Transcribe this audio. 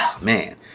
man